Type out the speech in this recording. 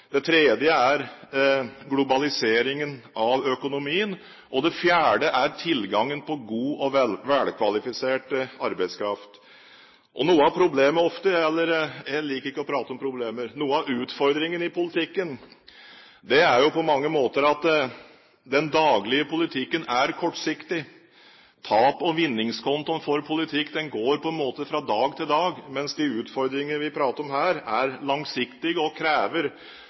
Det tredje er globaliseringen av økonomien, og det fjerde er tilgangen på god og velkvalifisert arbeidskraft. Noe av problemet er ofte – jeg liker ikke å prate om problemer, men noe av utfordringen i politikken er på mange måter at den daglige politikken er kortsiktig. Taps- og vinningskontoen for politikk går på en måte fra dag til dag, mens de utfordringene vi prater om her, er langsiktige og krever